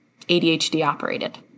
ADHD-operated